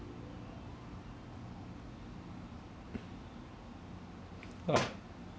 ah